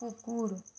কুকুৰ